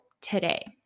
today